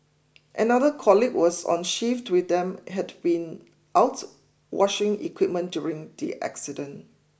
another colleague was on shift with them had been out washing equipment during the accident